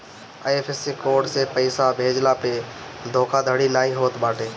IFSC code से पइसा भेजला पअ धोखाधड़ी नाइ होत बाटे